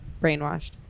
Brainwashed